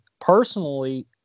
personally